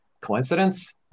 Coincidence